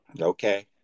Okay